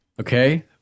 Okay